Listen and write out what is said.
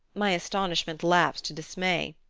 my astonishment lapsed to dismay.